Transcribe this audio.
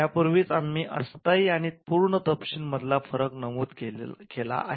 या पूर्वीच आम्ही अस्थायी आणि पूर्ण तपशील मधला फरक नमूद केला आहे